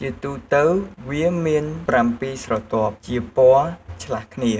ជាទូទៅវាមានប្រាំពីរស្រទាប់ជាពណ៌ឆ្លាស់គ្នា។